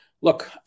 Look